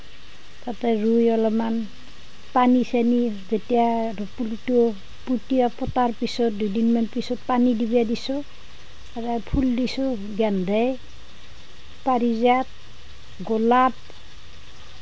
তাতে ৰুই অলপমান পানী চানী যেতিয়া পুলিটো পুতাৰ পিছত দুদিনমান পিছত পানী দিব দিছোঁ ফুল দিছোঁ গেন্দাই পাৰিজাত গোলাপ